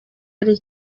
ari